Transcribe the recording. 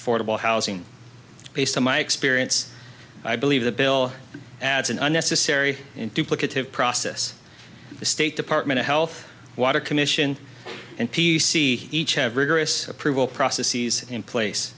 affordable housing based on my experience i believe the bill adds an unnecessary and duplicative process the state department of health water commission and p c each have rigorous approval processes in place